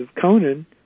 Conan